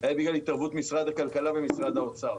היה בגלל התערבות משרד הכלכלה ומשרד האוצר.